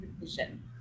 vision